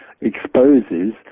exposes